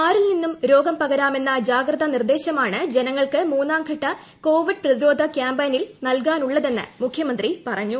ആരിൽ നിന്നും രോഗം പകരാമെന്ന ജാഗ്രതാ നിർദ്ദ്ദ്്ല്മാണ് ജനങ്ങൾക്ക് മൂന്നാം ഘട്ട കോവിഡ് പ്രതിരോധ ക്യാമ്പെയ്നിൽ നൽകാനുള്ളതെന്ന് മുഖ്യമന്ത്രി പറഞ്ഞു